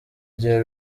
gihe